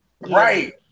Right